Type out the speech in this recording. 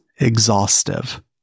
exhaustive